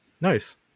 Nice